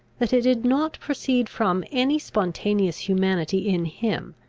that it did not proceed from any spontaneous humanity in him,